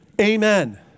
amen